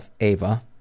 Ava